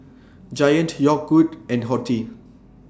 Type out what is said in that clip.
Giant Yogood and Horti